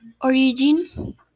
origin